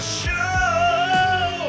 show